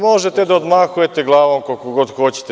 Možete da odmahujete glavom koliko god hoćete.